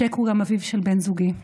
ש"ק הוא גם אביו של בן זוגי דניאל,